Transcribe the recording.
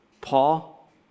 Paul